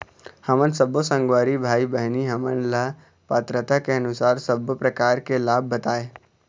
हमन सब्बो संगवारी भाई बहिनी हमन ला पात्रता के अनुसार सब्बो प्रकार के लाभ बताए?